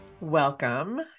Welcome